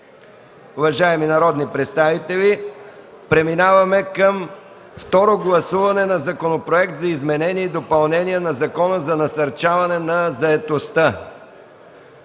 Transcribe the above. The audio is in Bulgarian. Уважаеми народни представители, преминаваме към Второ гласуване на Законопроект за изменение и допълнение на Закона за насърчаване на заетостта